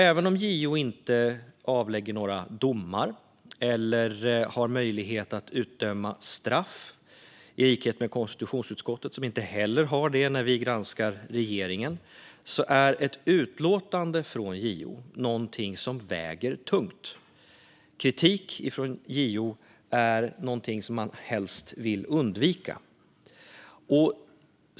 Även om JO inte avlägger några domar eller har möjlighet att utdöma straff, i likhet konstitutionsutskottet som inte heller har det när vi granskar regeringen, väger ett utlåtande från JO tungt. Kritik från JO är någonting som man helst vill undvika.